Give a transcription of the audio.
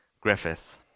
Griffith